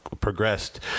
progressed